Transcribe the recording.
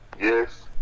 yes